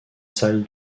salle